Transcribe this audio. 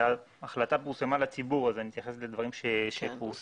ההחלטה פורסמה לציבור ואני מתייחס לדברים שפורסמו.